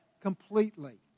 completely